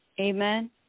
Amen